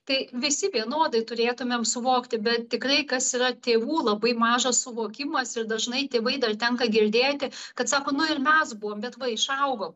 tai visi vienodai turėtumėm suvokti bet tikrai kas yra tėvų labai mažas suvokimas ir dažnai tėvai dar tenka girdėti kad sako nu ir mes buvom bet va išaugom